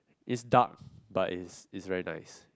is dark but is is very nice